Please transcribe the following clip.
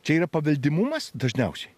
čia yra paveldimumas dažniausiai